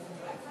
נפלה.